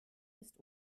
ist